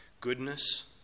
goodness